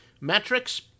metrics